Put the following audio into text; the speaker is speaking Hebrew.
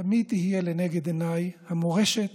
תמיד תהיה לנגד עיניי המורשת